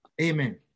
Amen